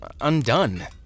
undone